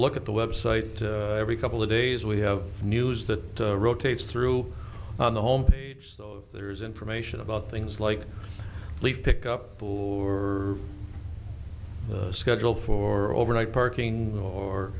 look at the website every couple of days we have news that rotates through on the home page there's information about things like leave pick up your schedule for overnight parking or